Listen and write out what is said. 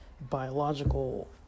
biological